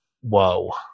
whoa